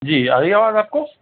جی آ رہی ہے آواز آپ کو